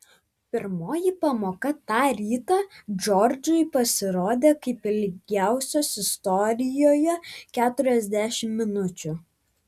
pirmoji pamoka tą rytą džordžui pasirodė kaip ilgiausios istorijoje keturiasdešimt minučių